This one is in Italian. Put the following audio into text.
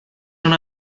non